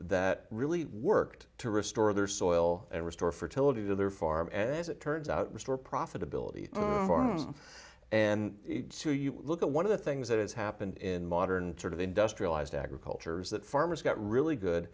that really worked to restore their soil and restore fertility to their farm as it turns out restore profitability of our homes and look at one of the things that has happened in modern sort of industrialized agriculture is that farmers got really good